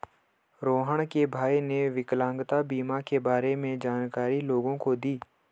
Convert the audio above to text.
रोहण के भाई ने विकलांगता बीमा के बारे में जानकारी लोगों को दी